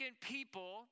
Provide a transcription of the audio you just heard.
people